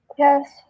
Yes